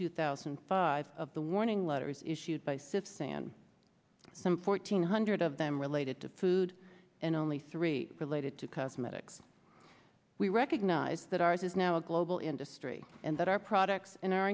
two thousand and five of the warning letters issued by sistan some fourteen hundred of them related to food and only three related to cosmetics we recognize that ours is now a global industry and that our products and our